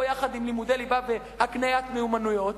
יחד עם לימודי ליבה והקניית מיומנויות,